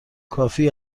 کافی